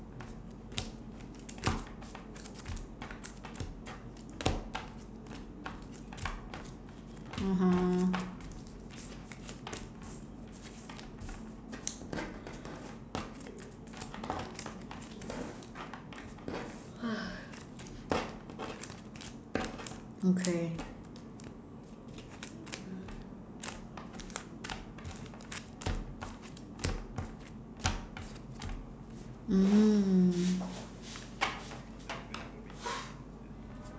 mmhmm okay mm